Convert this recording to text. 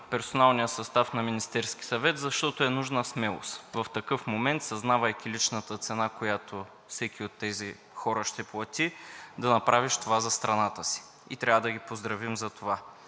персоналния състав на Министерския съвет, защото е нужна смелост в такъв момент, съзнавайки личната цена, която всеки от тези хора ще плати, да направиш това за страната си и трябва да ги поздравим за това.